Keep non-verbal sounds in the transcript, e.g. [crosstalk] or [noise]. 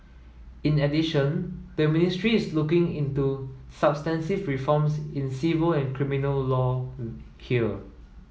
in addition the ministry is looking into substantive reforms in civil and criminal law [hesitation] here